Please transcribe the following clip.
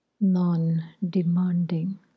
non-demanding